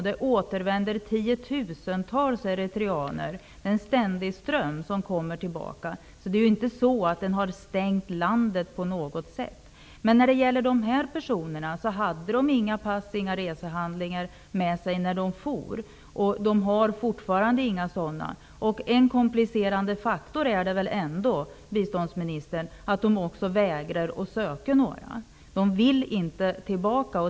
Det återvänder tiotusentals eritreaner i en ständig ström. Man har inte stängt landet på något vis. Just dessa personer hade inga pass, inga resehandlingar med sig när de for. De har fortfarande inga sådana. En komplicerande faktor är det väl ändå, biståndsministern, att de också vägrar att söka några. De vill inte tillbaka.